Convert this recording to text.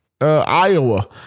Iowa